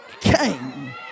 came